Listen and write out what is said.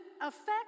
affect